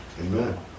Amen